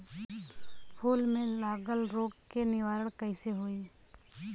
फूल में लागल रोग के निवारण कैसे होयी?